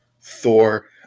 thor